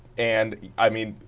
and i mean,